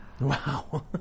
Wow